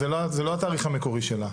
זה לא התאריך המקורי שלה,